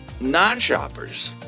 non-shoppers